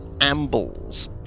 ambles